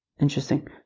interesting